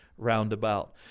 Roundabout